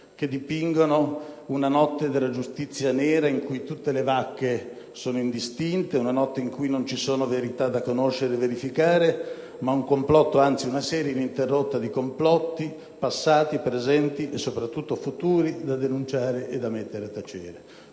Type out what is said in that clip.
che dipingono una notte della giustizia nera in cui tutte le vacche sono indistinte, una notte in cui non ci sono verità da conoscere e da verificare, ma un complotto, anzi una serie ininterrotta di complotti, passati, presenti e soprattutto futuri, da denunciare e da mettere a tacere.